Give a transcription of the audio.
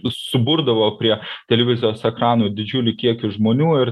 suburdavo prie televizijos ekranų didžiulį kiekį žmonių ir